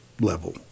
level